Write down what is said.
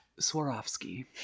Swarovski